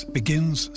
begins